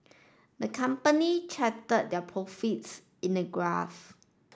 the company charted their profits in a graph